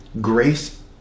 Grace